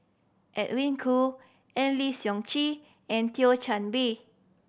Edwin Koo Eng Lee Seok Chee and Thio Chan Bee